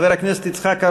חבר הכנסת יצחק אהרונוביץ,